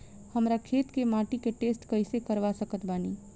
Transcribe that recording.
हमरा खेत के माटी के टेस्ट कैसे करवा सकत बानी?